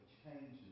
changes